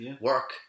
work